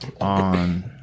on